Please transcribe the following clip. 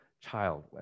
child